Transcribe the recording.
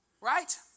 right